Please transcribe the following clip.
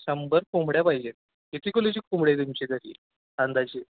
शंभर कोंबड्या पाहिजे आहेत किती कुलोची कोंबडी आहे तुमची तरी अंदाजे